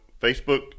Facebook